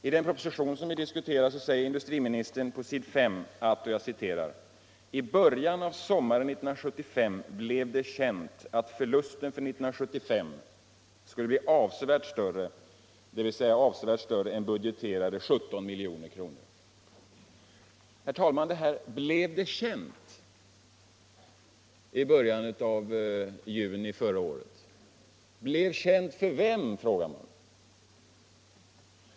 I den proposition som vi diskuterar säger industriministern på s. 5 att ”i början av sommaren 1975 blev det känt att förlusten för år 1975 skulle bli avsevärt större”, dvs. större än budgeterade 17 milj.kr. Herr talman! I början av juni förra året ”blev det känt”. Man frågar: För vem blev det känt?